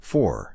Four